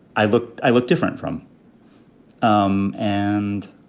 i look i look different from um and.